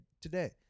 today